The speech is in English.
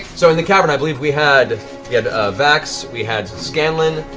so in the cavern, i believe we had had ah vax, we had scanlan.